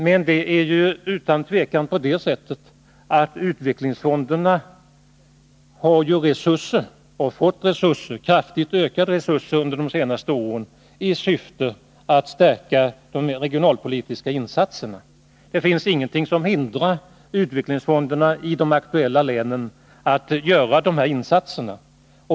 Men det är utan tvivel så att utvecklingsfonderna har resurser och har fått kraftigt ökade resurser under de senaste åren i syfte att stärka de regionalpolitiska insatserna. Det finns ingenting som hindrar utvecklingsfondernai de aktuella länen att göra dessa insatser.